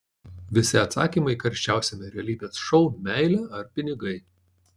visi atsakymai karščiausiame realybės šou meilė ar pinigai